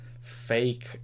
fake